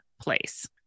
place